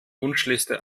wunschliste